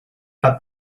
but